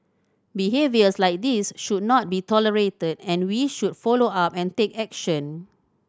behaviours like this should not be tolerated and we should follow up and take action